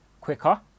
quicker